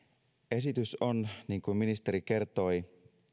esitys on niin kuin ministeri kertoi